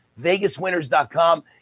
Vegaswinners.com